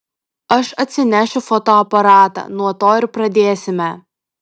aš atsinešiu fotoaparatą nuo to ir pradėsime